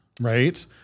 right